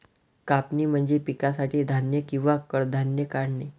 कापणी म्हणजे पिकासाठी धान्य किंवा कडधान्ये काढणे